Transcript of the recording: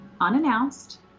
unannounced